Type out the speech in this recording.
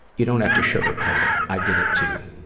you don't have to sugarcoat it, i did it, too.